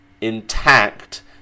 intact